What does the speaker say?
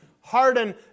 Harden